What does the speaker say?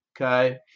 Okay